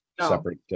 separate